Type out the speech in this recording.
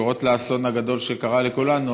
שקשורות לאסון הגדול שקרה לכולנו,